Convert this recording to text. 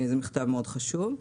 זה מכתב חשוב מאוד.